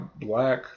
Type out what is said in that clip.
black